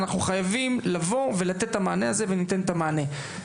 אנחנו חייבים לבוא ולתת את המענה הזה וניתן את המענה.